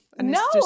no